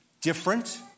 different